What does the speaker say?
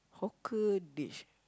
hawker dish